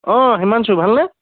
অঁ হিমাংশু ভালনে